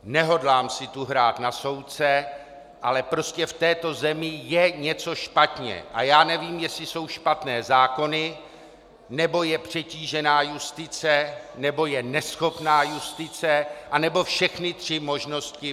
Nehodlám si tu hrát na soudce, ale prostě v této zemi je něco špatně a já nevím, jestli jsou špatné zákony, nebo je přetížená justice, nebo je neschopná justice, anebo platí všechny tři možnosti.